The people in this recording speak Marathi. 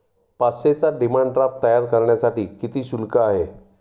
पाचशेचा डिमांड ड्राफ्ट तयार करण्यासाठी किती शुल्क आहे?